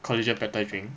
collagen peptide drink